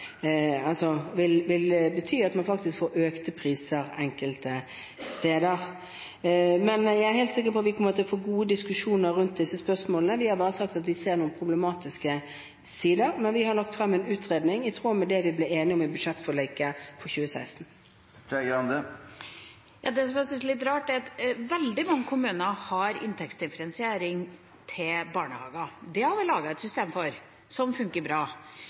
faktisk får økte priser enkelte steder. Men jeg er helt sikker på at vi kommer til å få gode diskusjoner rundt disse spørsmålene. Vi har bare sagt at vi ser noen problematiske sider, men vi har lagt frem en utredning i tråd med det vi ble enige om i budsjettforliket for 2016. Det som jeg syns er litt rart, er at veldig mange kommuner har inntektsdifferensiering i barnehager. Det har vi laget et system for som funker bra.